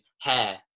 hair